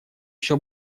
еще